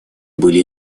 были